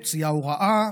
מוציאה הוראה,